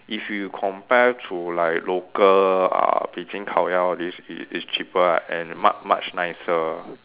if you compare to like local uh Beijing 烤鸭 all these it is cheaper lah and much much nicer